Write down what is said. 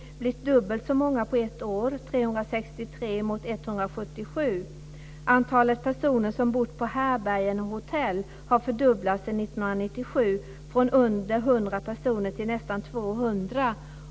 Det har blivit dubbelt så många på ett år - 363 jämfört med personer till nästan 200.